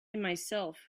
myself